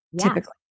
Typically